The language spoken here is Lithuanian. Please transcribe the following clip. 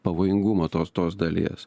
pavojingumo tos tos dalies